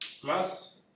Plus